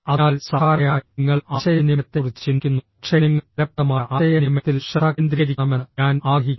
അതിനാൽ സാധാരണയായി നിങ്ങൾ ആശയവിനിമയത്തെക്കുറിച്ച് ചിന്തിക്കുന്നു പക്ഷേ നിങ്ങൾ ഫലപ്രദമായ ആശയവിനിമയത്തിൽ ശ്രദ്ധ കേന്ദ്രീകരിക്കണമെന്ന് ഞാൻ ആഗ്രഹിക്കുന്നു